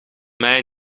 mei